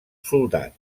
soldat